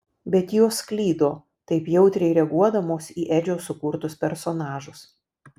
bet jos klydo taip jautriai reaguodamos į edžio sukurtus personažus